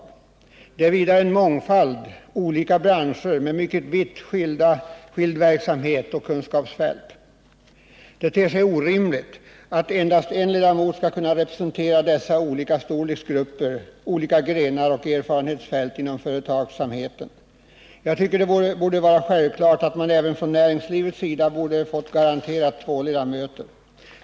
Det omfattas vidare av en mångfald olika branscher med mycket vitt skilda verksamheter och kunskapsfält. Det ter sig därför orimligt att endast en ledamot skall få representera dessa grupper som är av sådan varierande storlek och som inrymmer så många grenar och erfarenhetsfält inom företagsamheten. Jag tycker det borde vara självklart att även näringslivet hade garanterats två ledamöter.